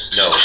no